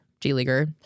G-Leaguer